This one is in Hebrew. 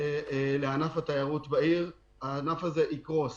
לענף התיירות בעיר הענף הזה יקרוס.